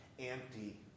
empty